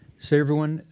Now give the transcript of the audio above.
so everyone.